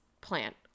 plant